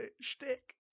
shtick